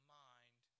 mind